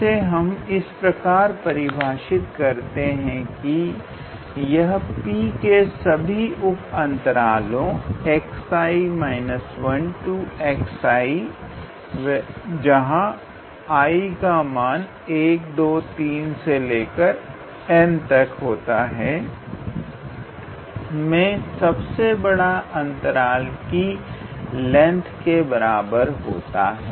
इसे हम इस प्रकार परिभाषित करते हैं कि यह P के सभी उप अंतरालो 𝑥𝑖−1𝑥𝑖 i का मान 1 2 3 से लेकर n तक में सबसे बड़े अंतराल की लेंथ के बराबर होता है